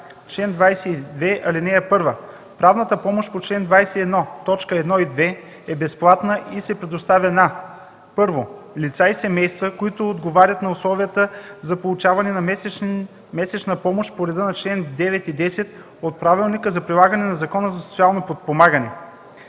„Чл. 22. (1) Правната помощ по чл. 21, т. 1 и 2 е безплатна и се предоставя на: 1. лица и семейства, които отговарят на условията за получаване на месечна помощ по реда на чл. 9 и 10 от Правилника за прилагане на Закона за социално подпомагане;